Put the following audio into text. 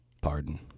Pardon